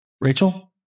Rachel